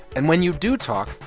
and when you do talk,